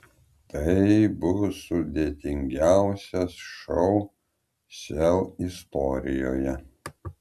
tai bus sudėtingiausias šou sel istorijoje